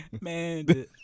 Man